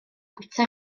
bwyta